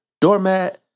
doormat